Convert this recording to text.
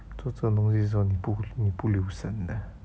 做这种东西的时候你不会你不留神的